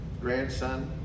grandson